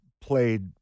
played